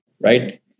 right